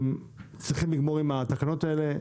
צריך לסיים עם התקנות האלה.